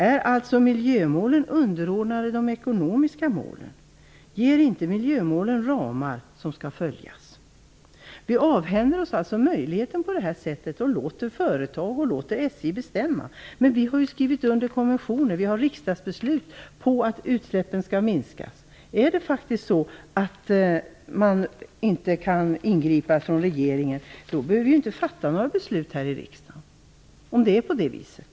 Är miljömålen underordnade de ekonomiska målen? Ger inte miljömålen ramar som skall följas? Vi avhänder oss annars möjligheter och låter SJ och andra företag bestämma. Vi har skrivit under konventioner och har riksdagsbeslut om att utsläppen skall minska. Om regeringen inte kan ingripa, bör vi inte fatta några beslut här i riksdagen.